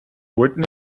written